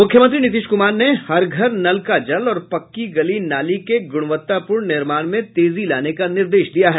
मुख्यमंत्री नीतीश कुमार ने हर घर नल का जल और पक्की गली नाली के गुणवत्तापूर्ण निर्माण में तेजी लाने का निर्देश दिया है